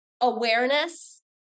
awareness